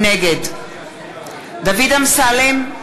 נגד דוד אמסלם,